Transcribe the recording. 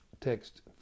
text